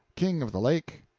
king of the lake.